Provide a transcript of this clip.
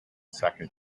second